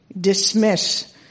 dismiss